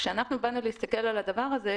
כשאנחנו באנו להסתכל על הדבר הזה,